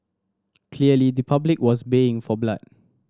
clearly the public was baying for blood